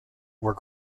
were